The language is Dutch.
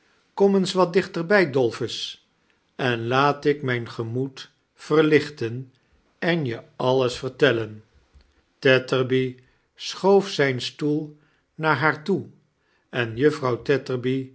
koin eens wat dichterbij dolphus en laat ik mijn gemoed verlichten en je alles vertellenl tetterby schoof zijn stoel naar haar toe en juffrouw